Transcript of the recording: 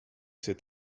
cet